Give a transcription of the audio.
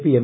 P M